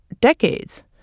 decades